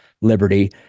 liberty